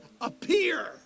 appear